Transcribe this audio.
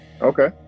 Okay